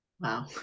Wow